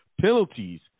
penalties